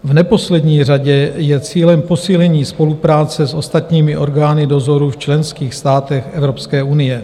V neposlední řadě je cílem posílení spolupráce s ostatními orgány dozoru v členských státech Evropské unie.